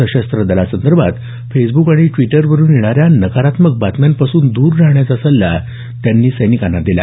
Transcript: सशस्त्र दलासंदर्भात फेसब्रक आणि ड्वीटरवरून येणाऱ्या नकारात्मक बातम्यांपासून दर राहण्याचा सल्ला त्यांनी सैनिकांना दिला